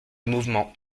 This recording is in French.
mouvement